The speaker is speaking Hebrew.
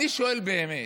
אני שואל, באמת: